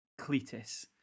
Cletus